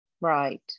right